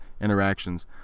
interactions